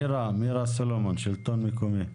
מירה סלומון, שלטון מקומי.